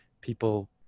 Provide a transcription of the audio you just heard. people